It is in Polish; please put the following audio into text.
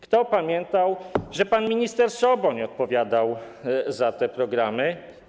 Kto pamięta, że pan minister Soboń odpowiadał za te programy?